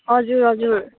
हजुर हजुर